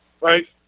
right